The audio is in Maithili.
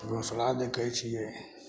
घोसला देखै छियै